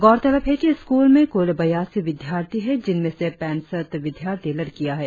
गौरतलब है कि स्कूल में कुल बयासी विद्यार्थी है जिनमें से पैसठ विद्यार्थी लड़किया है